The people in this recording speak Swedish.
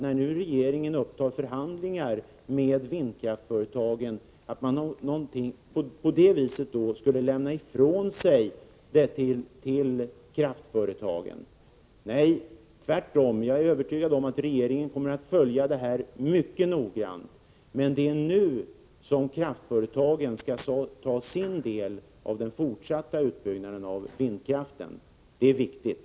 När regeringen nu upptar förhandlingar med vindkraftföretagen innebär det inte att man därigenom skulle lämna ifrån sig någonting till kraftföretagen. Jag är tvärtom övertygad om att regeringen kommer att följa den kommande utvecklingen mycket noggrant. Men det är nu dags att låta kraftföretagen ta sin del av ansvaret för den fortsatta utbyggnaden av vindkraften. Det är viktigt.